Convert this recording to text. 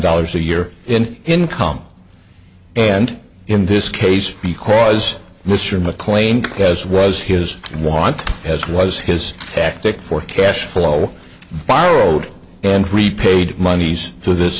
dollars a year in income and in this case because mr mclean kess was his want as was his tactic for cash flow by old and repaid monies for this